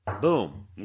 boom